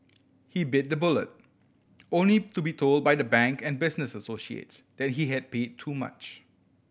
he bit the bullet only to be told by the bank and business associates that he had paid too much